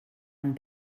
amb